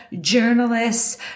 journalists